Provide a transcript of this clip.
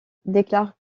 déclare